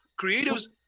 creatives